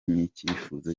n’ibyifuzo